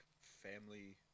family